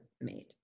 made